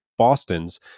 Boston's